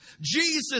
Jesus